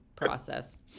process